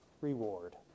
reward